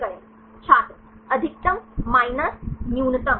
छात्र अधिकतम माइनस न्यूनतम